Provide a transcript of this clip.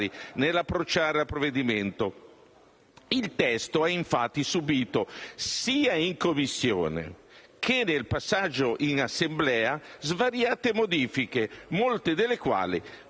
nell'approcciare al provvedimento. Il testo ha infatti subìto, sia in Commissione che nel corso del passaggio in Aula, svariate modifiche, molte delle quali